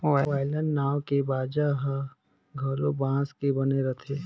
violin नांव के बाजा ह घलो बांस के बने रथे